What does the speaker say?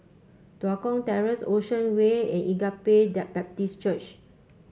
Tua Kong Terrace Ocean Way and Agape Baptist Church